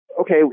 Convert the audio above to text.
okay